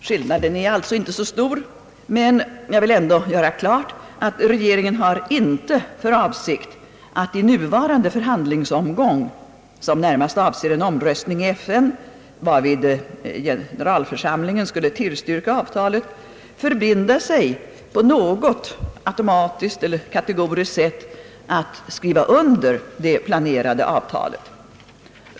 Skillnaden är alltså inte så stor, men jag vill ändå göra klart att regeringen inte har för avsikt att i nuvarande förhandlingsomgång, som närmast avser en omröstning i FN, varvid generalförsamlingen skulle tillstyrka avtalet, förbinda sig på något automatiskt eller kategoriskt sätt att skriva under det planerade avtalet.